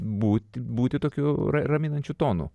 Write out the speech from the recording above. būti būti tokiu raminančiu tonu